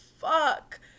fuck